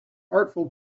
artful